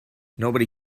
nobody